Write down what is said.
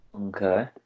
Okay